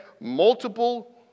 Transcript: multiple